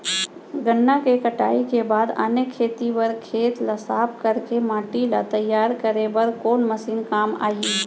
गन्ना के कटाई के बाद आने खेती बर खेत ला साफ कर के माटी ला तैयार करे बर कोन मशीन काम आही?